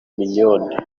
mignonne